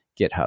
GitHub